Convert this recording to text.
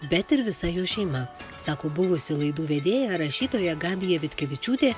bet ir visa jo šeima sako buvusi laidų vedėja rašytoja gabija vitkevičiūtė